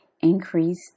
increase